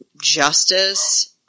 justice